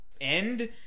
end